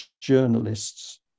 journalists